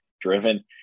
driven